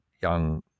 young